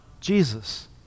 Jesus